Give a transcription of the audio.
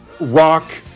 Rock